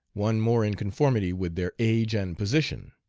one more in conformity with their age and position.